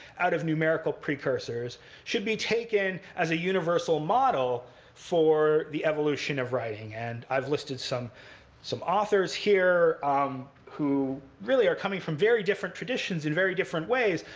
out of numerical precursors, should be taken as a universal model for the evolution of writing. and i've listed some some authors here um who, really, are coming from very different traditions in very different ways,